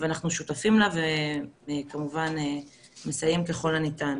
ואנחנו שותפים לה וכמובן מסייעים ככל הניתן.